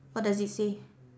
what does it say